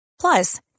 Plus